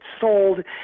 sold